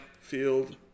field